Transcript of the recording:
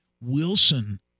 Wilson